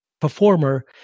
performer